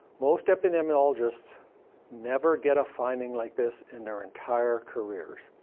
most epidemiologists never get a finding like this in their entire careers.